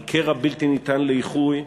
על קרע בלתי ניתן לאיחוי,